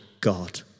God